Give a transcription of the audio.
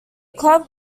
club